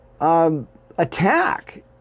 attack